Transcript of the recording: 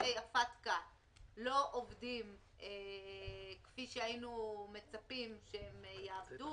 נושאי ה-FATCA לא עובדים כפי שהיינו מצפים שהם יעבדו.